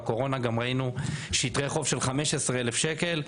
בקורונה ראינו שטרי חוב של 15,000 שקל,